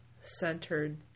centered